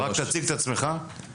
המרכז כבר עושה את זה